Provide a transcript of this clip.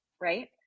right